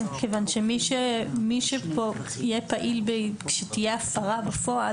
כיוון שמי שיהיה פעיל כשתהיה הפרה בפועל,